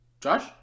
Josh